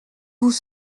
vous